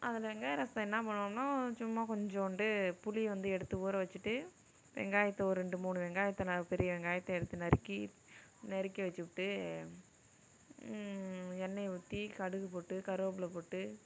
அதில் வெங்காய ரசத்தை என்ன பண்ணுவோம்னா சும்மா கொஞ்சோண்டு புளி வந்து எடுத்து ஊற வெச்சிட்டு வெங்காயத்தை ஒரு ரெண்டு மூணு வெங்காயத்தை நல்லா பெரிய வெங்காயத்தை எடுத்து நறுக்கி நறுக்கி வெச்சி விட்டு எண்ணெய் ஊற்றி கடுகு போட்டு கருவேப்புல போட்டு